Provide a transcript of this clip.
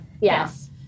Yes